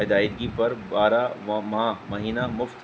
ادائگی پر بارہ ماہ مہینہ مفت